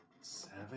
seven